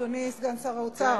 אדוני סגן שר האוצר,